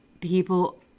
people